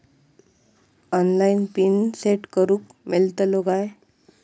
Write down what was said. Online PIN set करूक मेलतलो काय?